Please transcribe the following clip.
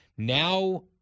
Now